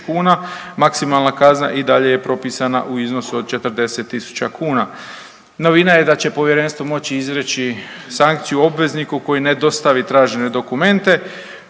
kuna, maksimalna kazna i dalje je propisana u iznosu od 40.000 kuna. Novina je da će povjerenstvo moći izreći sankciju obvezniku koji ne dostavi tražene dokumente.